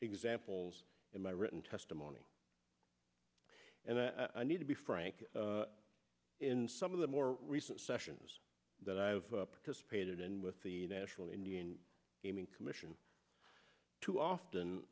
examples in my written testimony and i need to be frank in some of the more recent sessions that i've participated in with the national indian gaming commission too often